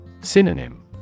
synonym